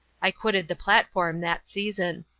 i quitted the platform that season.